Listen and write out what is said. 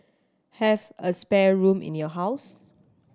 have a spare room in your house